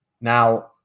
Now